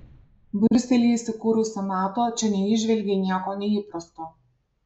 briuselyje įsikūrusi nato čia neįžvelgė nieko neįprasto